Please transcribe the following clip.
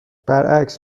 برعکس